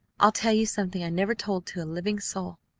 i'll tell you something i never told to a living soul.